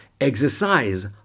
exercise